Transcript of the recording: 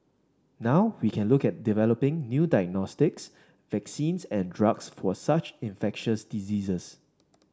now we can look at developing new diagnostics vaccines and drugs for such infectious diseases